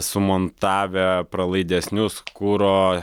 sumontavę pralaidesnius kuro